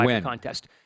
Contest